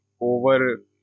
over